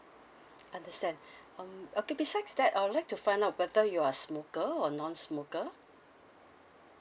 understand um okay besides that I'd like to find out whether you're a smoker or non smoker